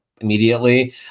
immediately